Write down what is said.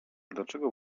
dlaczego